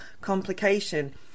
complication